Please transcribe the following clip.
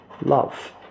love